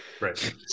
Right